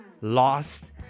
Lost